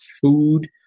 food